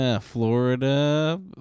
Florida